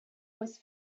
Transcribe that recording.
was